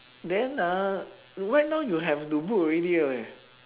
then ah right now you have to book already leh